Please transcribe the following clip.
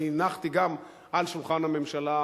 אני הנחתי גם על שולחן הממשלה,